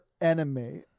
enemy